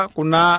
Kuna